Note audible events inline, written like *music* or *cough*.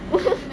*laughs*